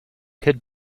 could